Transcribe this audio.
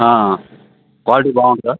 quality బాగుంటుందా